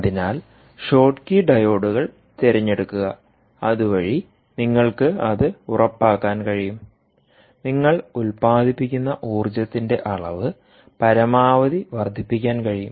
അതിനാൽ ഷോട്ട്കീ ഡയോഡുകൾ തിരഞ്ഞെടുക്കുക അതുവഴി നിങ്ങൾക്ക് അത് ഉറപ്പാക്കാൻ കഴിയും നിങ്ങൾ ഉൽപാദിപ്പിക്കുന്ന ഊർജ്ജത്തിന്റെ അളവ് പരമാവധി വർദ്ധിപ്പിക്കാൻ കഴിയും